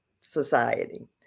society